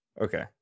Okay